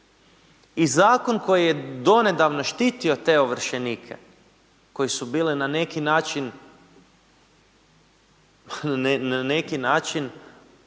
i zakon koji je donedavno štitio te ovršenike koji su bili na neki način, na neki način,